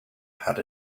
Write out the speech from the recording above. had